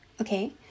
okay